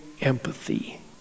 empathy